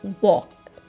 walk